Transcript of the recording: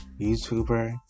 YouTuber